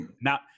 now